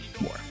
more